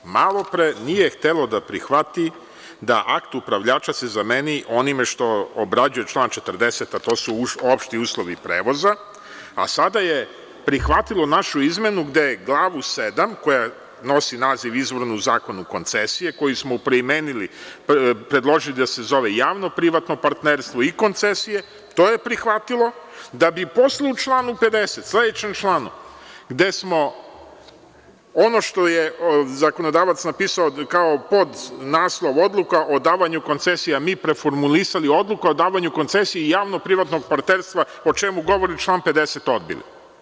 Malopre nije htelo da prihvati da akt upravljača se zameni onime što obrađuje član 40, a to su opšti uslovi prevoza, a sada je prihvatilo našu izmenu gde glavu VII koja nosi naziv izvorni u zakonu - koncesije, koji smo predložili da se zove - javno privatno partnerstvo i koncesije, to je prihvatilo, da bi posle u članu 50, sledećem članu, gde smo ono što je zakonodavac napisao kao podnaslov - odluka o davanju koncesija, mi preformulisali - odluka o davanju koncesije i javno privatnog partnerstva, o čemu govori član 50, odbili.